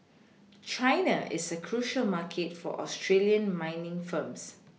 China is a crucial market for Australian mining firms